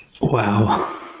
Wow